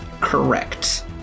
Correct